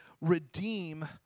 redeem